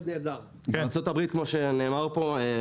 והחוק בעצם נלקח משם,